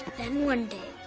then one day,